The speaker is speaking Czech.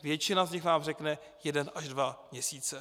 Většina z nich vám řekne jeden až dva měsíce.